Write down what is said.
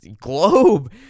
globe